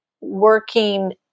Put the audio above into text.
working